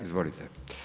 Izvolite.